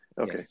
okay